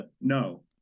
No